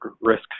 risk